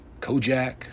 Kojak